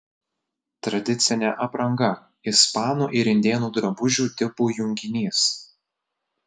tradicinė apranga ispanų ir indėnų drabužių tipų junginys